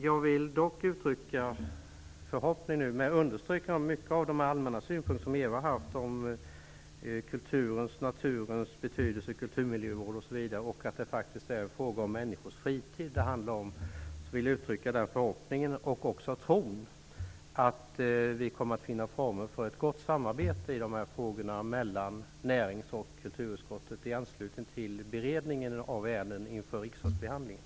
Jag understryker många av Ewa Larssons allmänna synpunkter beträffande kulturens och naturens betydelse, kulturmiljövård osv. Det handlar faktiskt om människors fritid. Därför vill jag uttrycka förhoppningen, och också tron, att vi i dessa frågor kommer att finna former för ett gott samarbete mellan näringsutskottet och kulturutskottet i anslutning till beredningen av ärenden inför riksdagsbehandlingen.